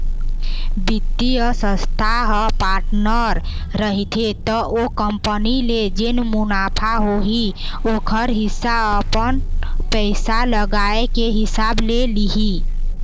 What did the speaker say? बित्तीय संस्था ह पार्टनर रहिथे त ओ कंपनी ले जेन मुनाफा होही ओखर हिस्सा अपन पइसा लगाए के हिसाब ले लिही